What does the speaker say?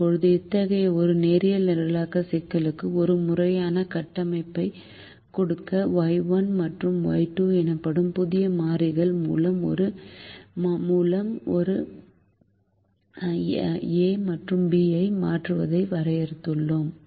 இப்போது அத்தகைய ஒரு நேரியல் நிரலாக்க சிக்கலுக்கு ஒரு முறையான கட்டமைப்பைக் கொடுக்க Y1 மற்றும் Y2 எனப்படும் புதிய மாறிகள் மூலம் a மற்றும் b ஐ மாற்றுவதை வரையறுத்துள்ளோம்